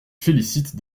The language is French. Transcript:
félicite